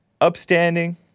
Upstanding